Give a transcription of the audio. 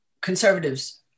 conservatives